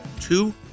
two